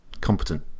competent